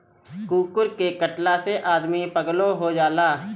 कुकूर के कटला से आदमी पागलो हो जाला